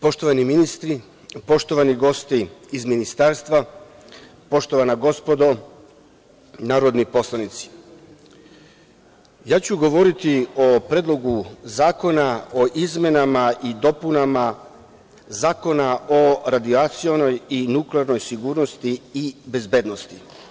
Poštovani ministri, poštovani gosti iz Ministarstva, poštovana gospodo narodni poslanici, ja ću govoriti o Predlogu zakona o izmenama i dopunama Zakona o radijacionoj i nuklearnoj sigurnosti i bezbednosti.